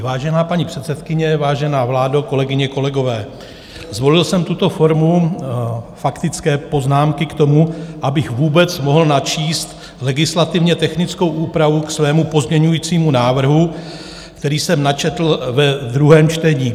Vážená paní předsedkyně, vážená vládo, kolegyně, kolegové, zvolil jsem tuto formu faktické poznámky k tomu, abych vůbec mohl načíst legislativně technickou úpravu k svému pozměňujícímu návrhu, který jsem načetl ve druhém čtení.